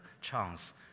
chance